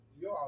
yo